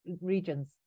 regions